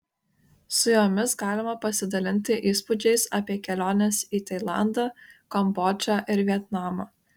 su jomis galima pasidalinti įspūdžiais apie keliones į tailandą kambodžą ir vietnamą